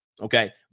Okay